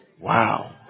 Wow